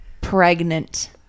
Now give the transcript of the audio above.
pregnant